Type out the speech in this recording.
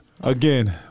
again